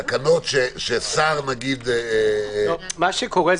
בתקנות ששר --- מה שקורה,